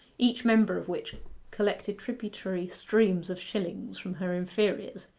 each member of which collected tributary streams of shillings from her inferiors,